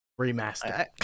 Remaster